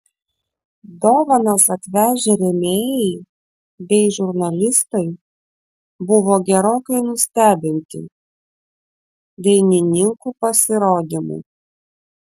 dovanas atvežę rėmėjai bei žurnalistai buvo gerokai nustebinti dainininkų pasirodymu